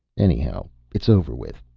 anyhow, it's over with,